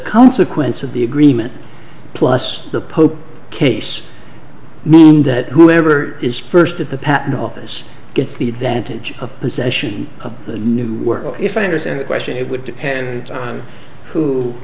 consequence of the agreement plus the pope case that whoever is first at the patent office gets the advantage of possession of the new work if i understand the question it would depend on who